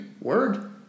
word